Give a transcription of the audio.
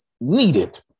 needed